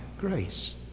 grace